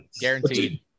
guaranteed